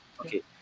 Okay